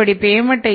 இப்படி பேமென்ட்டை